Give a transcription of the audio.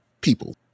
people